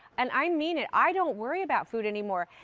and i mean it, i don't worry about food anymore.